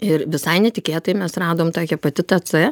ir visai netikėtai mes radom tą hepatitą c